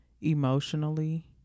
emotionally